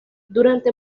durante